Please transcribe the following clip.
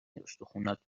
استخونات